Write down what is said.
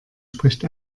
spricht